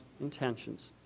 intentions